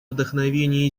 вдохновения